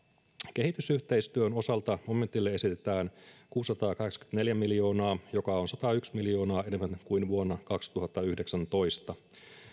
kehitysyhteistyön osalta momentille esitetään kuusisataakahdeksankymmentäneljä miljoonaa joka on satayksi miljoonaa enemmän kuin vuonna kaksituhattayhdeksäntoista